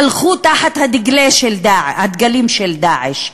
הלכו תחת הדגלים של "דאעש".